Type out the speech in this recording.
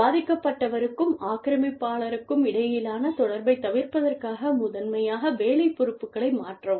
பாதிக்கப்பட்டவருக்கும் ஆக்கிரமிப்பாளருக்கும் இடையிலான தொடர்பைத் தவிர்ப்பதற்காக முதன்மையாக வேலை பொறுப்புகளை மாற்றவும்